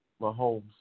Mahomes